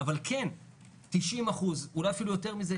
אבל כן 90% ואולי אפילו יותר מזה,